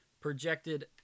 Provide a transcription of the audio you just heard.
Projected